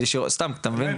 סתם, אתה מבין?